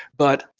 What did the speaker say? but,